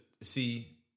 see